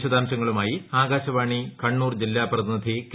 വിശദാംശങ്ങളുമായി ആകാശവാണി കണ്ണൂർ ജില്ലാ പ്രതിനിധി കെ